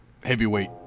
Heavyweight